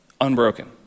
unbroken